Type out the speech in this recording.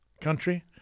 country